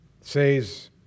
says